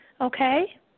Okay